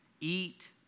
Eat